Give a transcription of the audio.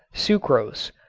sucrose,